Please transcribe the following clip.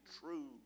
true